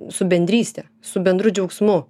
su bendrystė su bendru džiaugsmu